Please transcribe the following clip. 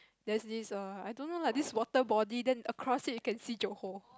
there's this err I don't know lah this water body then across it you can see Johor